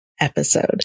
episode